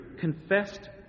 confessed